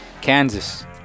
Kansas